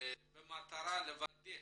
במטרה לוודא